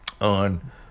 on